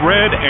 Red